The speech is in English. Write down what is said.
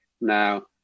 Now